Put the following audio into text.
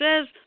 says